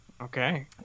Okay